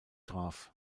traf